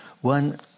One